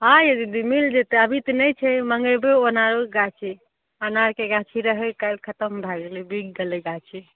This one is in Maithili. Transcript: हँ यै दीदी मिल जेतै अभी तऽ नहि छै मँगैबै ओना गाछ अनारके गाछ रहै काल्हि खत्म भए गेलै बिक गेलै गाछ